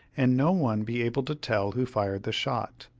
and no one be able to tell who fired the shot.